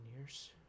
years